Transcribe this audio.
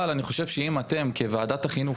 אני חושב שאם אתם כוועדת חינוך,